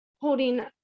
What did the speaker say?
holding